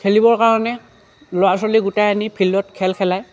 খেলিবৰ কাৰণে ল'ৰা ছোৱালী গোটাই আনি ফিল্ডত খেল খেলায়